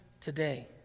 today